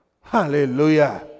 Hallelujah